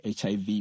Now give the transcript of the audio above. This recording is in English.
hiv